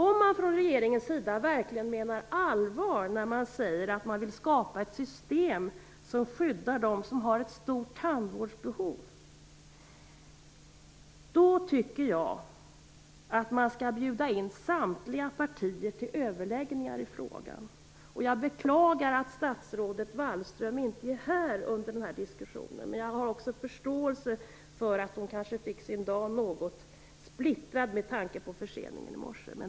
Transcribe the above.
Om regeringen verkligen menar allvar när man säger att man vill skapa ett system som skyddar dem som har ett stort tandvårdsbehov, då tycker jag att man skall bjuda in samtliga partier till överläggningar i frågan. Jag beklagar att statsrådet Wallström inte är närvarande under den här diskussionen, men jag har förståelse för att hon kanske fick sin dag något splittrad med tanke på förseningen i morse.